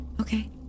Okay